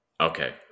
Okay